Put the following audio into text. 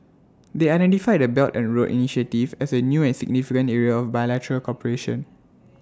they identified the belt and road initiative as A new and significant area bilateral cooperation